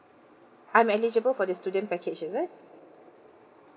I'm eligible for the student package is it